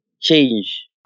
change